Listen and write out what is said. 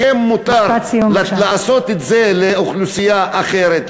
לכם מותר לעשות את זה לאוכלוסייה אחרת,